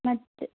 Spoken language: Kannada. ಮತ್ತೆ